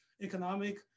economic